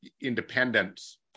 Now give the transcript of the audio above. independence